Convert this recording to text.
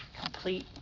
complete